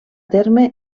terme